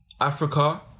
Africa